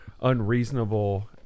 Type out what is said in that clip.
unreasonable